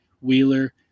Wheeler